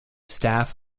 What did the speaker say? staff